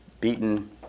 beaten